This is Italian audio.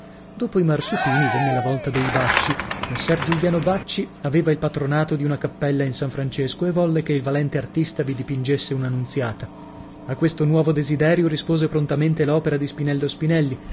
dopo i marsupini venne la volta dei bacci messer giuliano bacci aveva il patronato di una cappella in san francesco e volle che il valente artista vi dipingesse una nunziata a questo nuovo desiderio rispose prontamente l'opera di spinello spinelli